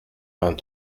vingt